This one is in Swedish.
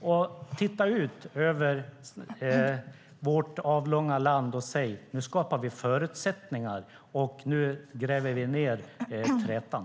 Och titta ut över vårt avlånga land och säg: Nu skapar vi förutsättningar, och nu gräver vi ned trätan!